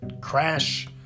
crash